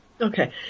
Okay